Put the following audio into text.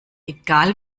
egal